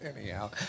Anyhow